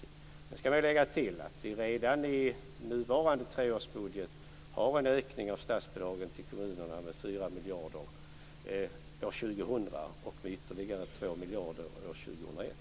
Sedan skall man lägga till att vi redan i nuvarande treårsbudget har en ökning av statsbidragen till kommunerna med fyra miljarder kronor år 2000 och ytterligare två miljarder år 2001.